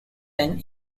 ten